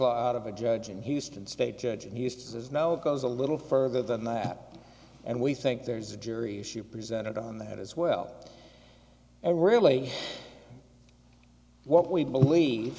law of a judge in houston state judge and used as now it goes a little further than that and we think there's a jury issue presented on that as well really what we believe